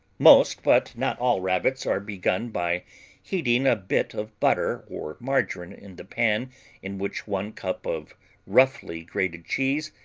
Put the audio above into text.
most, but not all, rabbits are begun by heating a bit of butter or margarine in the pan in which one cup of roughly grated cheese,